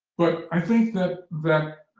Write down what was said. but i think that that